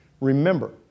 Remember